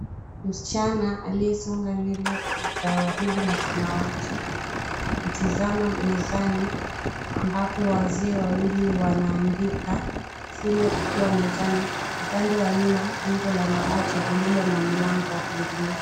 Msichana aliyesonga nywele za waridi na samawati akitizama mezani ambapo wazee wawili wanaandika, simu ikiwa mezani. Upande wa nyuma jengo la mabati lililo na mlango wa kuingilia.